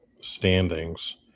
standings